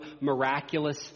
miraculous